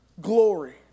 glory